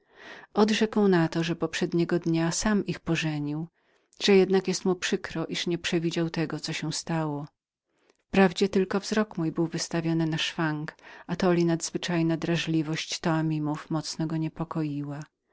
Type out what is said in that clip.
odrzekł na to że od wczoraj sam ich pożenił że jednak mocno żałuje że niemógł przewidzieć tego co się stało wprawdzie tylko wzrok mój był wystawiony na szwank atoli nadzwyczajna drażliwość taminów mocno go niepokoiła